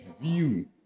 view